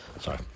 sorry